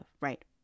right